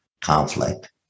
conflict